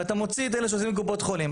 ואתה מוציא את אלה שעושים בקופות חולים,